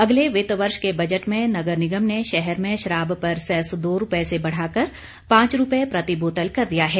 अगले वित्त वर्ष के बजट में नगर निगम ने शहर में शराब पर सैस दो रूपये से बढ़ाकर पांच रूपये प्रति बोतल कर दिया है